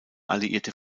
alliierte